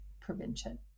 prevention